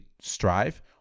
strive